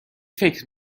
فکر